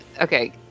Okay